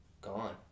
Gone